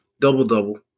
double-double